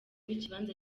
ikibanza